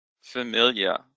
familiar